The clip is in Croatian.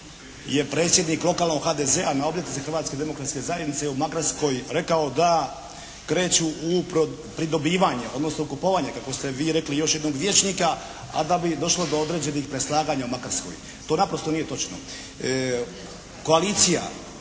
je predsjednik lokalnog HDZ-a na obljetnici Hrvatske demokratske zajednice u Makarskoj rekao da kreću u pridobivanje, odnosno u kupovanje kako ste vi rekli još jednog vijećnika, a da bi došlo do određenih neslaganja u Makarskoj. To naprosto nije točno. Koalicija,